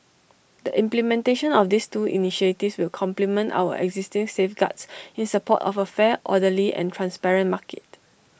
the implementation of these two initiatives will complement our existing safeguards in support of A fair orderly and transparent market